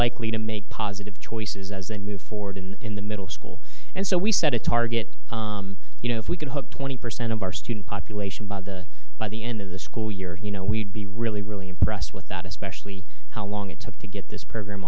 likely to make positive choices as they move forward in the middle school and so we set a target you know if we can hook twenty percent of our student population by the by the end of the school year you know we'd be really really impressed with that especially how long it took to get this program